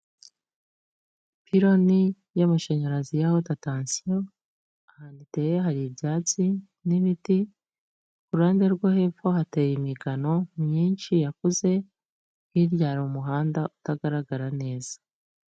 Ipironi y'amashanyarazi ya hote atansiyo ahantu iteye hari ibyatsi n'ibiti, kuruhande rwo hepfo hateye imigano myinshi yakuze, hirya hari umuhanda utagaragara neza.